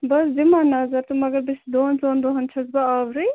بہٕ حظ دِمہٕ ہا نظر تہٕ مگر بہٕ چھَس دۄن ژۄن دۄہن چھَس بہٕ آورٕے